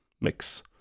mix